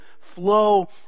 flow